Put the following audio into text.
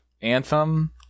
anthem